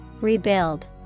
Rebuild